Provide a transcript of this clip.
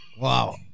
Wow